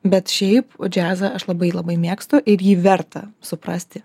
bet šiaip džiazą aš labai labai mėgstu ir jį verta suprasti